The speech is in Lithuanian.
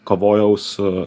kovojau su